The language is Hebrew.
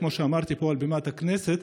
כמו שאמרתי פה על בימת הכנסת,